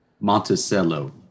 Monticello